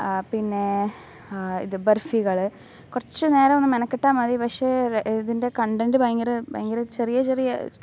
പിന്നെ ഇത് ബർഫികള് കുറച്ച് നേരമൊന്ന് മെനക്കെട്ടാൽ മതി പക്ഷേ ഇതിൻ്റെ കണ്ടെൻ് ഭയങ്കര ഭയങ്കര ചെറിയ ചെറിയ